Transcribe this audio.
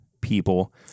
people